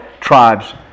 tribes